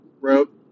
rope